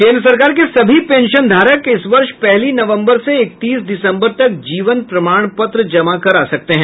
केन्द्र सरकार के सभी पेंशनधारक इस वर्ष पहली नवंबर से इकतीस दिसंबर तक जीवन प्रमाण पत्र जमा करा सकते हैं